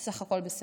בסדר בסך הכול.